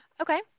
Okay